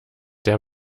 der